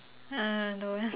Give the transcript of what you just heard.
uh don't